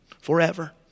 forever